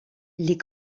les